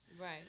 Right